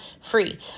free